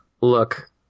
look